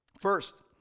First